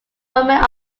roman